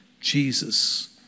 Jesus